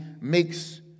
makes